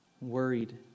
worried